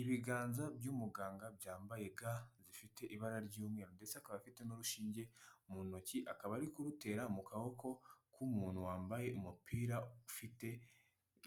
Ibiganza by'umuganga byambaye ga zifite ibara ry'umweru ndetse akaba afite n'urushinge mu ntoki akaba ari kurutera mu kaboko k'umuntu wambaye umupira ufite